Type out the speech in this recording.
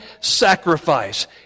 sacrifice